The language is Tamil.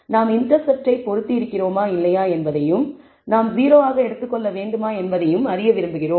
நாம் இண்டெர்செப்ட்டை பொருத்தி இருக்கிறோமா இல்லையா என்பதையும் நாம் 0 ஆக எடுத்துக் கொள்ள வேண்டுமா என்பதையும் அறிய விரும்புகிறோம்